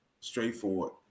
Straightforward